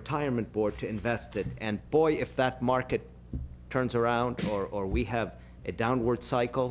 retirement board to invest it and boy if that market turns around tomorrow or we have a downward cycle